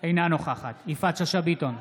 אינה נוכחת יפעת שאשא ביטון,